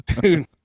dude